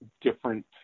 different